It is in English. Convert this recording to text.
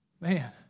Man